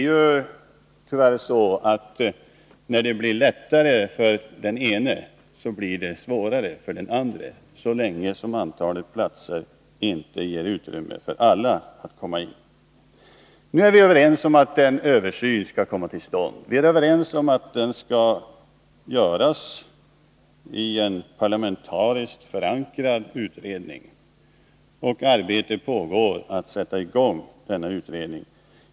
Men så länge som antalet platser inte ger utrymme för alla att komma in är det tyvärr så, att när det blir lättare för den ene att komma in, blir det svårare för den andre. Nu är vi överens om att en översyn skall komma till stånd. Vi är överens om att den skall göras i en parlamentariskt förankrad utredning, och arbete pågår att sätta i gång denna utredning.